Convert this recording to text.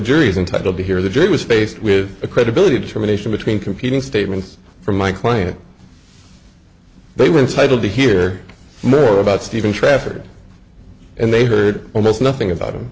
jury is entitled to hear the jury was faced with a credibility determination between competing statements from my client they were entitled to hear more about steven trafford and they heard almost nothing about